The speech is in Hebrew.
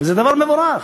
וזה דבר מבורך.